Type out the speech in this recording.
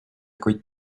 kuid